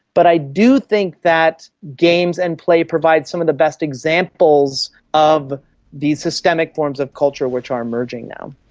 but i do think that games and play provides some of the best examples of the systemic forms of culture which are emerging now.